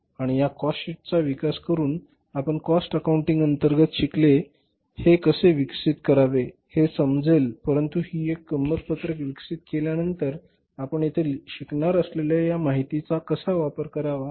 आणि या कॉस्टशीटचा विकास करून आपण कॉस्ट अकाउंटिंग अंतर्गत शिकले हे कसे विकसित करावे हे समजेल परंतु ही किंमत पत्रक विकसित केल्यानंतर आपण येथे शिकणार असलेल्या या माहितीचा कसा वापर करावा